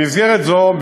במסגרת זו,